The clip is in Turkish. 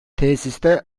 tesiste